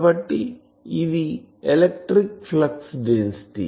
కాబట్టి ఇది electric flux density